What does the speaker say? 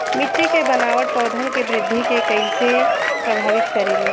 मिट्टी के बनावट पौधन के वृद्धि के कइसे प्रभावित करे ले?